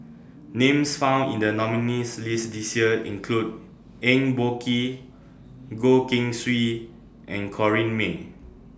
Names found in The nominees' list This Year include Eng Boh Kee Goh Keng Swee and Corrinne May